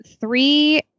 three